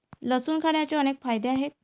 लसूण खाण्याचे अनेक फायदे आहेत